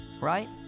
right